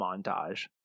montage